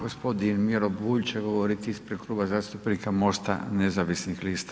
Gospodin Miro BUlj će govoriti ispred Kluba zastupnika MOST-a nezavisnih lista.